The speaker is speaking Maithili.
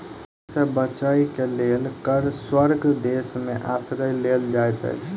कर सॅ बचअ के लेल कर स्वर्ग देश में आश्रय लेल जाइत अछि